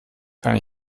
kann